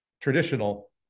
traditional